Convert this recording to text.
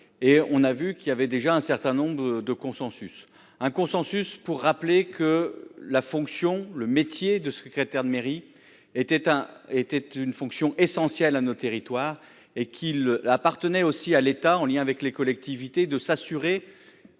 et on a vu qu'il avait déjà un certain nombre de de consensus un consensus pour rappeler que la fonction, le métier de secrétaire de mairie était un était une fonction essentielle à notre territoire et qu'il appartenait aussi à l'État en lien avec les collectivités de s'assurer